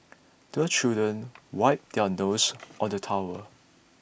the children wipe their noses on the towel